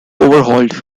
overhauled